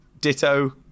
ditto